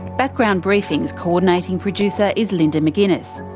background briefing's co-ordinating producer is linda mcginness,